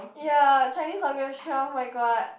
ya Chinese Orchestra oh-my-god